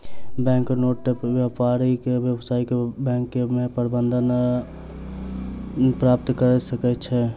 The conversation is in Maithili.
बैंक नोट सॅ व्यापारी व्यावसायिक बैंक मे धन प्राप्त कय सकै छै